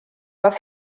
oedd